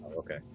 Okay